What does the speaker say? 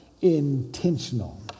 intentional